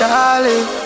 Darling